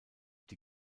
die